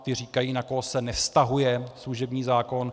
Ta říkají, na koho se nevztahuje služební zákon.